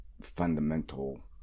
fundamental